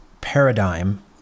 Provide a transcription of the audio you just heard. paradigm